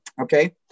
Okay